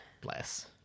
Bless